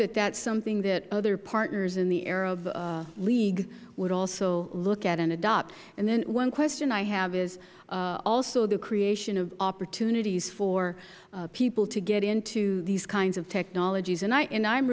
that that is something that other partners in the arab league would also look at and adopt and then one question i have is also the creation of opportunities for people to get into these kinds of technologies i a